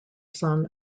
son